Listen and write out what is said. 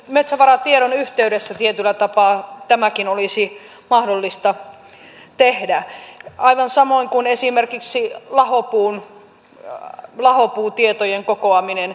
metsävaratiedon yhteydessä tietyllä tapaa tämäkin olisi mahdollista tehdä aivan samoin kuin esimerkiksi lahopuutietojen kokoaminen